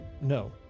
No